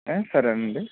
ఏ సరేనండి